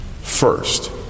first